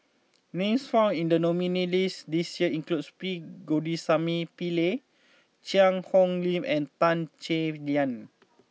names found in the nominees' list this year include P Govindasamy Pillai Cheang Hong Lim and Tan Chay Yan